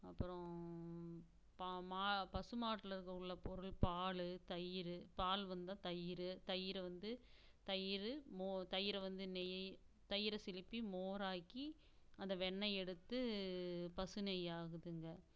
அப்பறம் பா மா பசுமாட்டில் இருக்க உள்ள பொருள் பால் தயிர் பால் வந்தால் தயிர் தயிரை வந்து தயிர் மோ தயிரை வந்து நெய் தயிரை சிலுப்பி மோர் ஆக்கி அதை வெண்ணெய் எடுத்து பசு நெய் ஆகுதுங்க